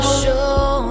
show